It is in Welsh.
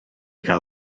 gael